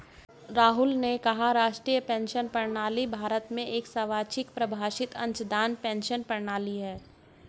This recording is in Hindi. राहुल ने कहा कि राष्ट्रीय पेंशन प्रणाली भारत में एक स्वैच्छिक परिभाषित अंशदान पेंशन प्रणाली है